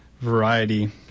variety